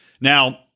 Now